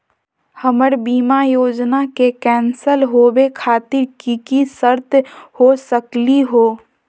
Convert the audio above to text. हमर बीमा योजना के कैन्सल होवे खातिर कि कि शर्त हो सकली हो?